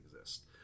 exist